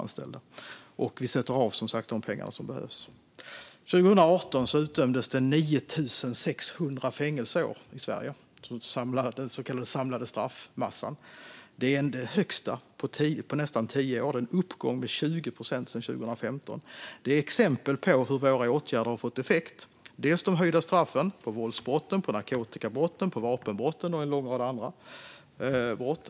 År 2018 utdömdes det 9 600 fängelseår i Sverige, den så kallade samlade straffmassan. Det är den högsta på nästan tio år och en uppgång med 20 procent sedan 2015. Det är ett exempel på hur våra åtgärder har gett effekt. Det är en följd av höjda straff för våldsbrott, narkotikabrott, vapenbrott och en lång rad andra brott.